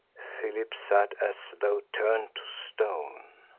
philip sat as though turned to stone.